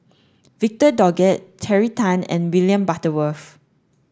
Victor Doggett Terry Tan and William Butterworth